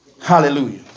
Hallelujah